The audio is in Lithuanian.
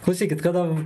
klausykit kada